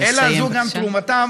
אלא זו גם תרומתם,